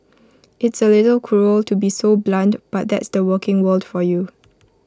it's A little cruel to be so blunt but that's the working world for you